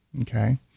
okay